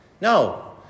No